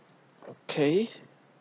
okay